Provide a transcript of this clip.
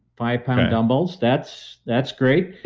five pound dumbbells. that's that's great.